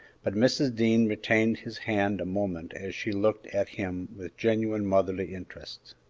but mrs. dean retained his hand a moment as she looked at him with genuine motherly interest.